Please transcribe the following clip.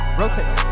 rotate